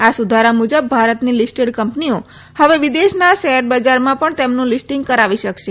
આ સુધારા મુજબ ભારતની લિસ્ટેડ કંપનીઓ હવે વિદેશના શેરબજારમાં પણ તેમનું લિસ્ટિંગ કરાવી શકશે